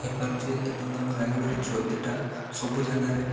ହେଇପାରୁଛି ଏବଂ ଆମ ରାୟଗଡ଼ାରେ ଚଇତିଟା ସବୁ ଜାଗାରେ